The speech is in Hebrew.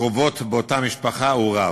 קרובות, מאותה משפחה, הוא רב.